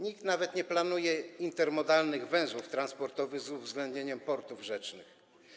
Nikt nawet nie planuje intermodalnych węzłów transportowych z uwzględnieniem portów rzecznych.